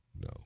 No